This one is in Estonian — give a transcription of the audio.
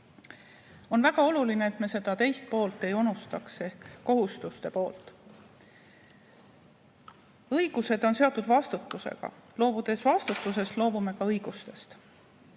On väga oluline, et me seda teist poolt ei unustaks – kohustuste poolt. Õigused on seotud vastutusega. Loobudes vastutusest, loobume ka õigustest. Aga